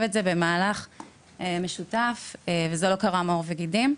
את זה במהלך משותף וזה לא קרם עור וגידים.